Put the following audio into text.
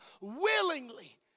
willingly